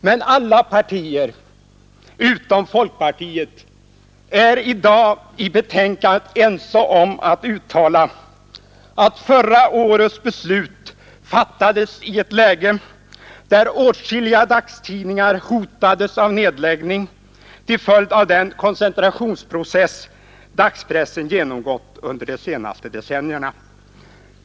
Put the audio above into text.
Men alla partier utom folkpartiet är i betänkandet ense om att uttala att förra årets beslut fattades i ett läge, då åtskilliga dagstidningar hotades av nedläggning till följd av den koncentrationsprocess dagspressen genomgått under de senaste decennierna.